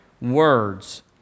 words